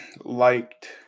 liked